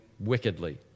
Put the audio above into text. wickedly